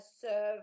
serve